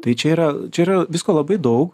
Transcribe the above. tai čia yra čia yra visko labai daug